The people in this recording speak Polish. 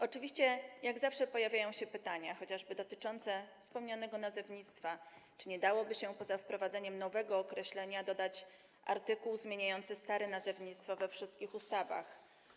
Oczywiście jak zawsze pojawiają się pytania, chociażby dotyczące wspomnianego nazewnictwa, czy nie dałoby się poza wprowadzeniem nowego określenia dodać artykuł zmieniający stare nazewnictwo we wszystkich ustawach.